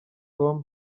tom